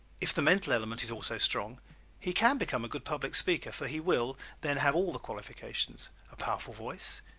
if the mental element is also strong he can become a good public speaker for he will then have all the qualifications a powerful voice,